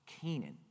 Canaan